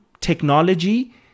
technology